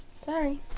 sorry